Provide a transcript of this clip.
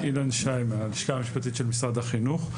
אילן שי, מהלשכה המשפטית של משרד החינוך.